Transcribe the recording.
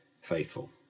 faithful